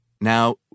Now